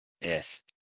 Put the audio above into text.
Yes